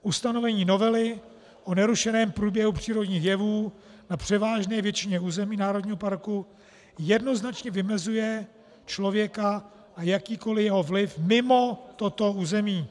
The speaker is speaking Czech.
Ustanovení novely o nerušeném průběhu přírodních jevů na převážné většině území národního parku jednoznačně vymezuje člověka a jakýkoliv jeho vliv mimo toto území.